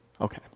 Okay